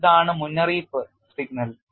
ഇതാണ് മുന്നറിയിപ്പ് സിഗ്നൽ